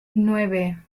nueve